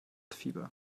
fieber